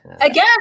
Again